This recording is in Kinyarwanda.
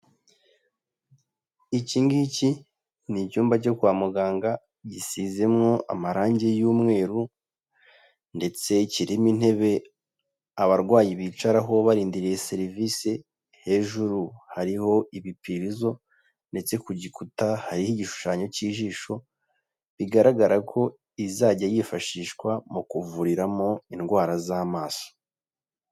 Iki ngiki ni icyumba cyo kwa muganga gisizemo amarangi y'umweru, ndetse kirimo intebe abarwayi bicaraho barindiriye serivise, hejuru hariho ibipirizo, ndetse ku gikuta hariho igishushanyo cy'ijisho, bigaragara ko izajya yifashishwa mu kuvuriramo indwara z'amaso.